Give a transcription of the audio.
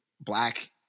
black